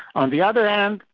on the other hand,